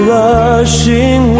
rushing